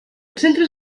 centres